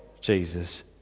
Jesus